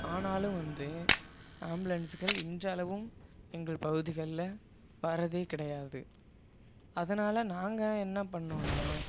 ஆனாலும் வந்து ஆம்புலன்ஸுகள் இன்றளவும் எங்கள் பகுதிகளில் வரதே கிடையாது அதனால் நாங்கள் என்ன பண்ணோம்னா